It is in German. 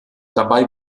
dabei